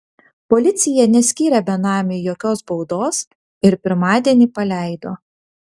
policija neskyrė benamiui jokios baudos ir pirmadienį paleido